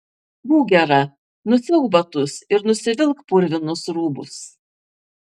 būk gera nusiauk batus ir nusivilk purvinus rūbus